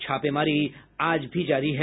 छापेमारी आज भी जारी है